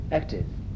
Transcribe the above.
active